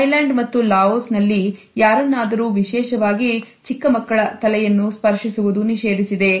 Thailand ಮತ್ತು Laos ನಲ್ಲಿ ಯಾರನ್ನಾದರೂ ವಿಶೇಷವಾಗಿ ಚಿಕ್ಕಮಕ್ಕಳ ತಲೆಯನ್ನು ಸ್ಪರ್ಶಿಸುವುದು ನಿಷೇಧಿಸಿದೆ